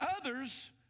others